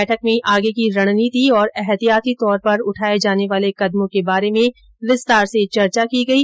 बैठक में आगे की रणनीति और एहतियाती तौर पर उठाए जाने वाले कदमों के बारे में विस्तार से चर्चा की गयी